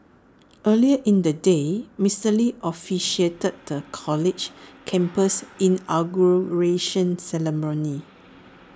earlier in the day Mister lee officiated the college's campus inauguration ceremony